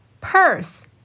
purse